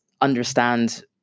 understand